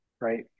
right